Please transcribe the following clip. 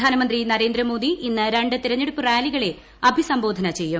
പ്രധാനമന്ത്രി നരേന്ദ്രമോദി ഇന്ന് രണ്ട് തിരഞ്ഞെടുപ്പ് റാലികളെ അഭിസംബോധന ചെയ്യും